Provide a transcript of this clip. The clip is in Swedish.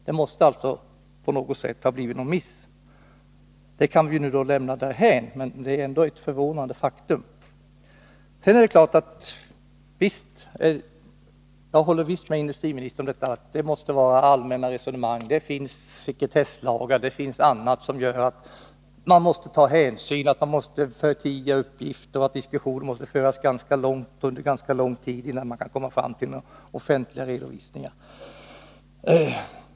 Det måste ha — vid verkstadsföblivit någon miss. Vi kan lämna den saken därhän, men det här är ändå ett retagen Bahco faktum som förvånar. och Sandvik Jag håller med industriministern om att det måste föras allmänna resonemang. Det finns sekretesslagar och annat som man måste ta hänsyn till. Uppgifter måste förtigas, och diskussioner måste föras under ganska lång tid, innan det kan bli någon offentlig redovisning.